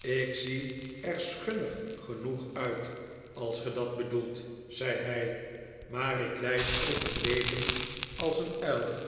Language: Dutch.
ik zie er schunnig genoeg uit als ge dat bedoelt zei hij maar ik leid ook een leven als een uil